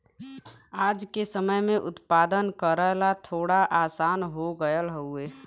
आज के समय में उत्पादन करल थोड़ा आसान हो गयल हउवे